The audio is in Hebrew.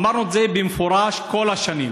אמרנו את זה במפורש כל השנים,